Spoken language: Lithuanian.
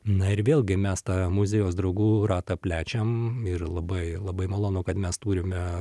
na ir vėlgi mes tą muziejaus draugų ratą plečiam ir labai labai malonu kad mes turime